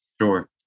Sure